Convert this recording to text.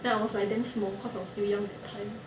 then I was like damn small cause I was still young that time